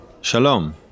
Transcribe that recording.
Shalom